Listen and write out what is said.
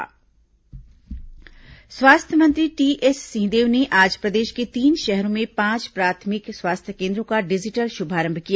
शहरी प्राथमिक स्वास्थ्य केन्द्र शुभारंभ स्वास्थ्य मंत्री टीएस सिंहदेव ने आज प्रदेश के तीन शहरों में पांच प्राथमिक स्वास्थ्य केन्द्रों का डिजिटल शुभारंभ किया